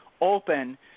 open